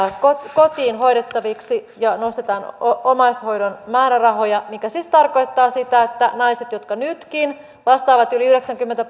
kotiin hoidettaviksi ja nostetaan omaishoidon määrärahoja mikä siis tarkoittaa sitä että naiset jotka nytkin vastaavat yli yhdeksänkymmentä